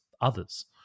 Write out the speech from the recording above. others